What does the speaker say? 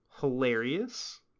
Hilarious